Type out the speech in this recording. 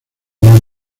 del